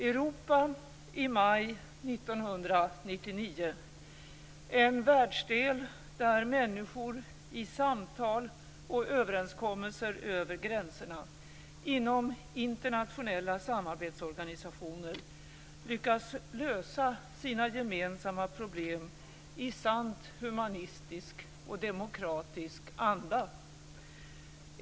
Europa i maj 1999 - en världsdel där människor i samtal och överenskommelser över gränserna, inom internationella samarbetsorganisationer, lyckas lösa sina gemensamma problem i sant humanistisk och demokratisk anda.